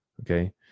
Okay